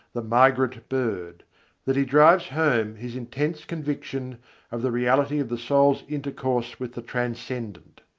the migrant bird that he drives home his intense conviction of the reality of the soul's intercourse with the transcendent.